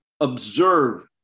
observe